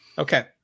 Okay